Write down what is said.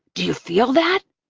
do you feel that?